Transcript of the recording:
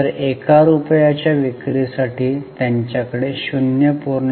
तर एका रुपयाच्या विक्री साठी त्यांच्याकडे 0